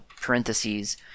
parentheses